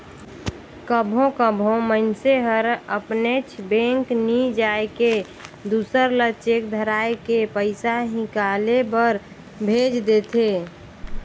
कभों कभों मइनसे हर अपनेच बेंक नी जाए के दूसर ल चेक धराए के पइसा हिंकाले बर भेज देथे